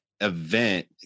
event